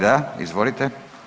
Da, izvolite.